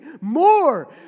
more